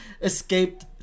escaped